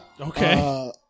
Okay